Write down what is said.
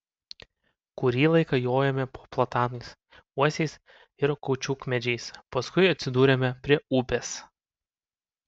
kurį laiką jojome po platanais uosiais ir kaučiukmedžiais paskui atsidūrėme prie upės